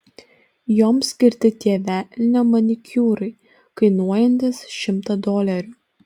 joms skirti tie velnio manikiūrai kainuojantys šimtą dolerių